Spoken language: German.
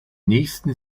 nächsten